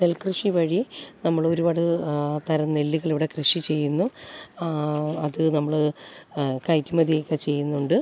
നെൽക്കൃഷി വഴി നമ്മൾ ഒരുപാട് തരം നെല്ലുകൾ ഇവിടെ കൃഷി ചെയ്യുന്നു അത് നമ്മൾ കയറ്റുമതി ഒക്കെ ചെയ്യുന്നുണ്ട്